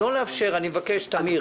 טמיר,